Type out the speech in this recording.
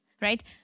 right